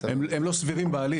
הם לא סבירים בעליל.